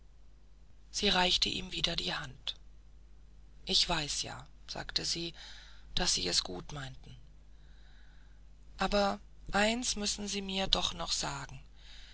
sie reichte ihm wieder die hand ich weiß ja sagte sie daß sie es gut meinten aber eins müssen sie mir doch noch sagen